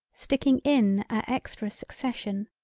sticking in a extra succession,